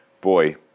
boy